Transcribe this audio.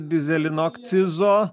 dyzelino akcizo